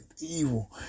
evil